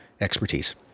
expertise